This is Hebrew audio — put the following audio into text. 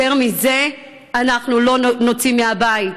יותר מזה אנחנו לא נוציא מהבית.